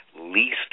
least